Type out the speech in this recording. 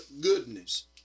goodness